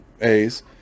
A's